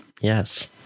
Yes